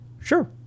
Sure